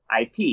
IP